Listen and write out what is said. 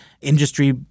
industry